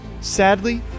Sadly